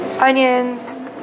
onions